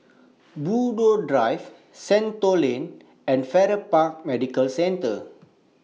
Buroh Drive Shenton Lane and Farrer Park Medical Centre